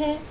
है